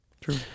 True